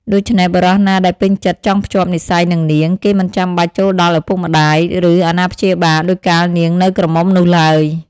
ដូច្នេះ បុរសណាដែលពេញចិត្តចង់ភ្ជាប់និស្ស័យនឹងនាង គេមិនបាច់ចូលទៅដល់ឪពុកម្ដាយ ឬអាណាព្យាបាលដូចកាលនាងនៅក្រមុំនោះឡើយ ។